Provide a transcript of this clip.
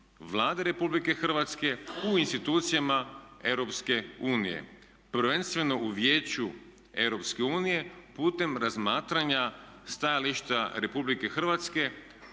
Vlade Republike Hrvatske u institucijama EU. Prvenstveno u Vijeću EU putem razmatranja stajališta Republike Hrvatske